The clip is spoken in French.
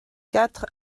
quatre